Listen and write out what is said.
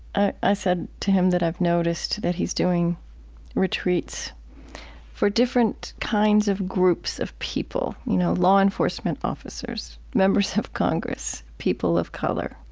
i said to him that i've noticed that he's doing retreats for different kinds of groups of people, you know, law enforcement officers, members of congress, people of color.